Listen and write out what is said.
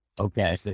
Okay